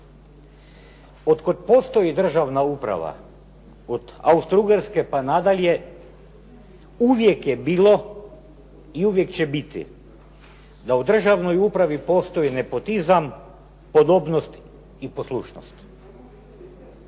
Otkada postoji državna uprava od Austro Ugarske pa na dalje uvijek je bilo i uvijek će biti da u državnoj upravi postoji nepotizam, podobnost i poslušnost.